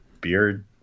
beard